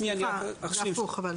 זה הפוך.